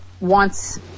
wants